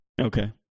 Okay